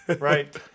Right